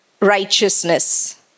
righteousness